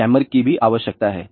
jammer की भी आवश्यकता है